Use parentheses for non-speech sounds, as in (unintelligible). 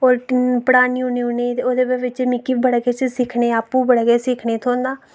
(unintelligible) पढ़ान्नी होन्नी उ'ने ते ओह्दे बिच मिकी बड़ा किश सिक्खने अप्पू बड़ा किश सिक्खने ई थ्होंदा